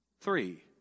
Three